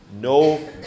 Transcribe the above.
No